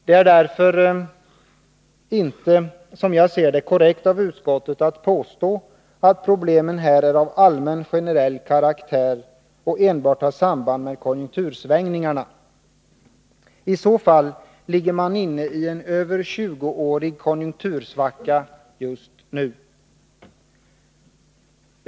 Det är därför inte, som jag ser det, korrekt av utskottet att påstå att problemen här är av allmän generell karaktär och enbart hör samman med konjunktursvängningarna. I så fall ligger man inne i en över 20-årig konjunktursvacka just nu.